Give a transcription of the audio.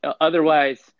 Otherwise